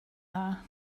dda